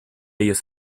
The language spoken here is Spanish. ellos